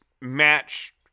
match